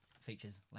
features